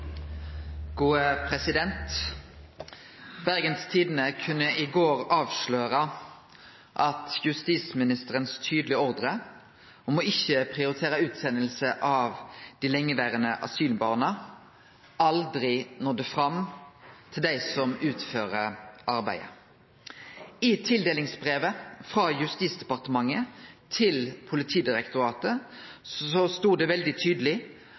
Bergens Tidende kunne i går avsløre at justisministeren sin tydelege ordre om ikkje å prioritere utsending av dei lengeverande asylbarna aldri nådde fram til dei som utfører arbeidet. I tildelingsbrevet frå Justisdepartementet til Politidirektoratet stod det veldig tydeleg